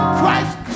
christ